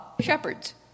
shepherds